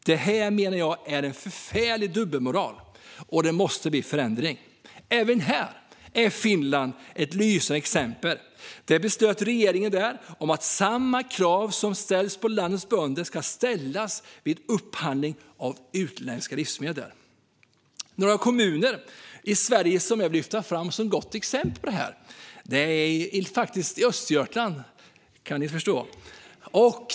Det är en förfärlig dubbelmoral. Det måste bli en förändring. Även på det här området är Finland ett lysande exempel. Där beslöt regeringen att samma krav som ställs på landets bönder ska ställas vid upphandling av utländska livsmedel. Några kommuner i Sverige som jag vill lyfta fram som goda exempel ligger i Östergötland - kan ni tänka er.